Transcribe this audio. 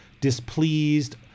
displeased